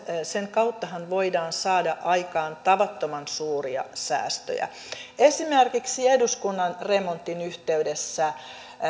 sen kauttahan voidaan saada aikaan tavattoman suuria säästöjä esimerkiksi eduskunnan remontin yhteydessä